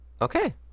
Okay